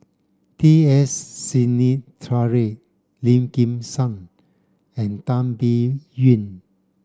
T S Sinnathuray Lim Kim San and Tan Biyun